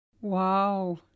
Wow